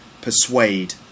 persuade